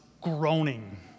groaning